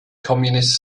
communist